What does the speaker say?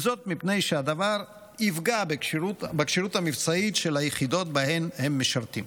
וזאת מפני שהדבר יפגע בכשירות המבצעית של היחידות שבהן הם משרתים.